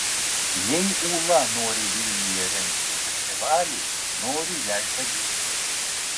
jei ūla nori vilniuje rengti festivalį noriu jai padėti